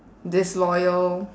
disloyal